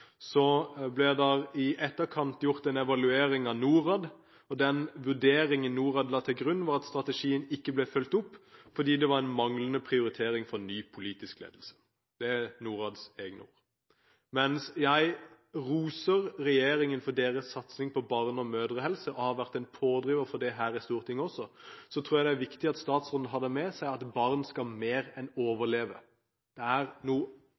ble det i etterkant gjort en evaluering av Norad. Vurderingen Norad la til grunn, var at strategien ikke ble fulgt opp, fordi det var en manglende prioritering fra ny politisk ledelse. Det er Norads egne ord. Mens jeg roser regjeringen for deres satsing på barne- og mødrehelse og har vært en pådriver for det her i Stortinget også, tror jeg det er viktig at statsråden har det med seg at barn skal mer enn overleve. Det er